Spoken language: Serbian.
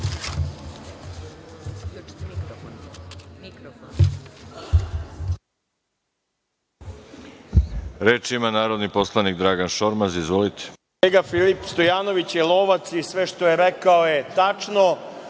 ima narodni poslanik Dragan Šormaz. Izvolite.